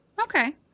Okay